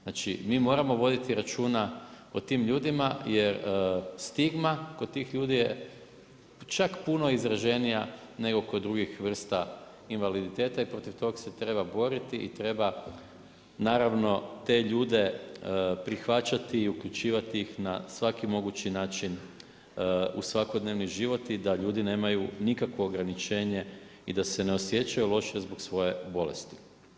Znači mi moramo voditi računa o tim ljudima, jer stigma kod tih ljudi je čak puno izraženija nego kod drugih vrsta invaliditeta i protiv tog se treba boriti i treba, naravno te ljude prihvaćati i uključivati ih na svaki mogući način u svakodnevni život i da ljudi nemaju nikakvo ograničenje i da se ne osjećaju loše zbog svoje bolesti.